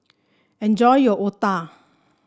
enjoy your otah